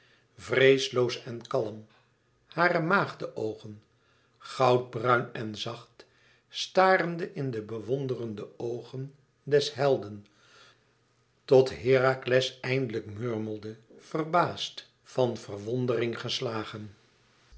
vreesloos en kalm hare maagde oogen goudbruin en zacht starende in de bewonderende oogen des helden tot herakles eindelijk murmelde verbaasd van verwondering geslagen